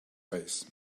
face